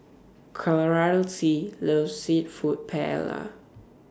Charlsie loves Seafood Paella